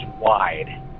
wide